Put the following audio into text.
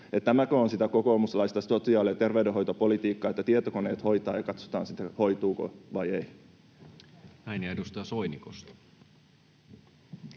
Tämäkö on sitä kokoomuslaista sosiaali- ja terveydenhoitopolitiikkaa, että tietokoneet hoitavat ja katsotaan sitten, hoituuko vai ei? [Sari Sarkomaa: